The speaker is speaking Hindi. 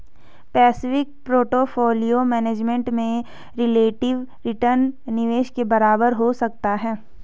पैसिव पोर्टफोलियो मैनेजमेंट में रिलेटिव रिटर्न निवेश के बराबर हो सकता है